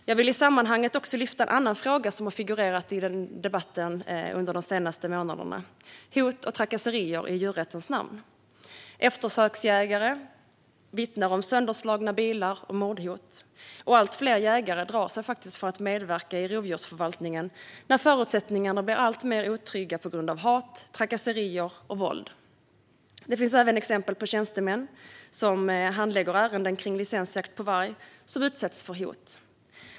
Jag vill i sammanhanget också lyfta en annan fråga som har figurerat i debatten under de senaste veckorna: hot och trakasserier i djurrättens namn. Eftersöksjägare vittnar om sönderslagna bilar och mordhot, och allt fler jägare drar sig för att medverka i rovdjursförvaltningen när förutsättningarna blir alltmer otrygga på grund av hat, trakasserier och våld. Det finns även exempel på att tjänstemän som handlägger ärenden kring licensjakt på varg utsätts för hot.